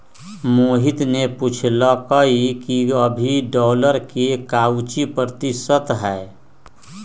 मोहित ने पूछल कई कि अभी डॉलर के काउची प्रतिशत है?